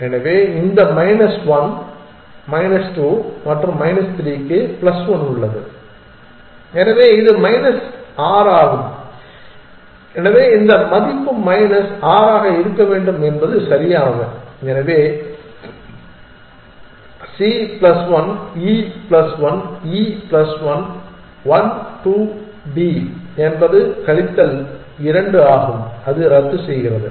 எனவே இந்த minus 1 minus 2 மற்றும் மைனஸ் 3 க்கு பிளஸ் 1 உள்ளது எனவே இது மைனஸ் 6 ஆகும் எனவே இந்த மதிப்பு மைனஸ் 6 ஆக இருக்க வேண்டும் என்பது சரியானது எனவே C plus 1 E plus 1 E plus 1 1 2 D என்பது கழித்தல் 2 ஆகும் அது ரத்துசெய்கிறது